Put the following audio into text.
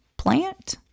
plant